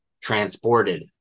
transported